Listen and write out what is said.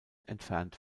entfernt